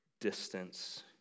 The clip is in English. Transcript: distance